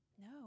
no